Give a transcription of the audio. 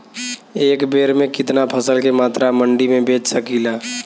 एक बेर में कितना फसल के मात्रा मंडी में बेच सकीला?